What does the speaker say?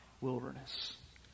wilderness